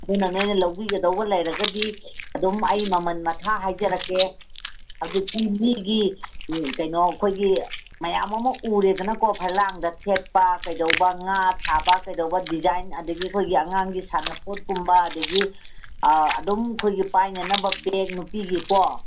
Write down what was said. ꯑꯗꯨꯅ ꯅꯣꯏꯅ ꯂꯧꯕꯤꯒꯗꯧꯕ ꯂꯩꯔꯒꯗꯤ ꯑꯗꯨꯝ ꯑꯩ ꯃꯃꯜ ꯃꯊꯥ ꯍꯥꯏꯖꯔꯛꯀꯦ ꯍꯧꯖꯤꯛ ꯑꯩꯈꯣꯏ ꯂꯤꯒꯤ ꯀꯩꯅꯣ ꯑꯩꯈꯣꯏꯒꯤ ꯃꯌꯥꯝ ꯑꯃ ꯎꯔꯦꯗꯅꯀꯣ ꯐꯛꯂꯥꯡꯗ ꯊꯦꯠꯄ ꯀꯩꯗꯧꯕ ꯉꯥ ꯁꯥꯕ ꯀꯩꯗꯧꯕ ꯗꯤꯖꯥꯏꯟ ꯑꯗꯒꯤ ꯑꯩꯈꯣꯏꯒꯤ ꯑꯉꯥꯡꯒꯤ ꯁꯥꯟꯅꯄꯣꯠꯀꯨꯝꯕ ꯑꯗꯒꯤ ꯑꯗꯨꯝ ꯑꯩꯈꯣꯏꯒꯤ ꯄꯥꯏꯅꯅꯕ ꯕꯦꯒ ꯅꯨꯄꯤꯒꯤꯀꯣ